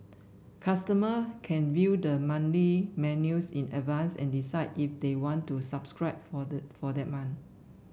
customer can view the monthly menus in advance and decide if they want to subscribe for the for that month